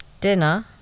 Dinner